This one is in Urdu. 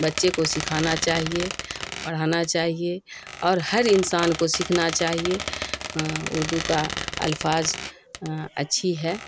بچے کو سکھانا چاہیے پڑھانا چاہیے اور ہر انسان کو سیکھنا چاہیے اردو کا الفاظ اچھی ہے